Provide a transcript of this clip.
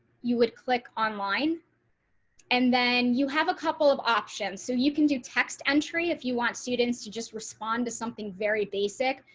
you would click online and then you have a couple of options. so you can do text entry. if you want students to just respond to something very basic,